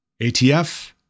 ATF